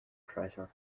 treasure